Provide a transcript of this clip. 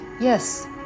Yes